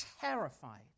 terrified